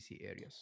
areas